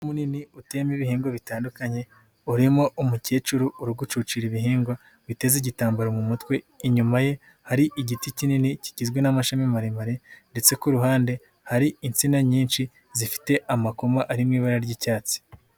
Umurima munini uteyemo ibihingwa bitandukanye urimo umukecuru uri gucucira ibihingwa witeze igitambaro mu mutwe, inyuma ye hari igiti kinini kigizwe n'amashami maremare ndetse ku ruhande hari insina nyinshi zifite amakoma ari mu ibara ry'icyatsi.